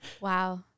Wow